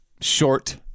short